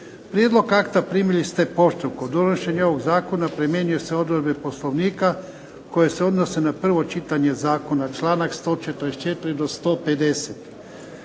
Prijedlog akta primili ste poštom. Kod donošenja ovog Zakona primjenjuju se odredbe Poslovnika koje se odnose na prvo čitanje zakona, članak 144. do 150.